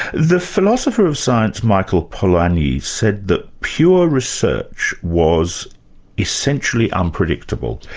the philosopher of science, michael polanyi said that pure research was essentially unpredictable.